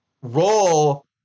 role